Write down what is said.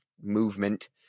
movement